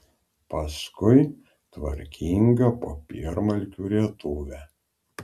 paskui tvarkingą popiermalkių rietuvę